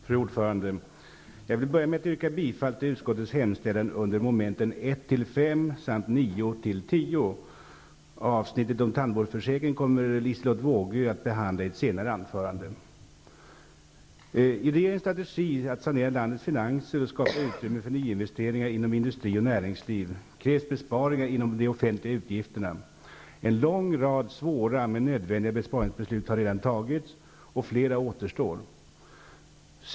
Fru talman! Jag vill börja med att yrka bifall till utskottets hemställan under momenten 1--5 och 9-- Liselotte Wågö att behandla i ett senare anförande. I regeringens strategi att sanera landets finanser och skapa utrymme för nyinvesteringar inom industri och näringsliv krävs besparingar när det gäller de offentliga utgifterna. En lång rad svåra men nödvändiga besparingsbeslut har redan fattats och flera återstår.